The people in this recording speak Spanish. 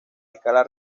escala